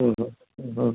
হুম হুম হুম হুম